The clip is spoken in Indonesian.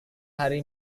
hari